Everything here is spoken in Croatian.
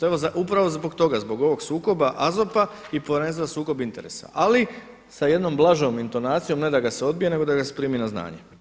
Evo upravo zbog toga, zbog ovog sukoba AZOP-a i Povjerenstva za sukob interesa, ali sa jednom blažom intonacijom ne da ga se odbije, nego da ga se primi na znanje.